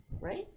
Right